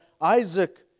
Isaac